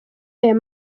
aya